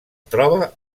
troba